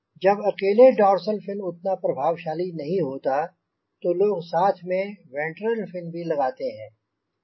जब अकेले dorsal fin उतना प्रभावशाली नहीं होता तो लोग साथ में वेंट्रल फिन भी लगाते हैं